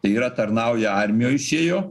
tai yra tarnauja armijoj išėjo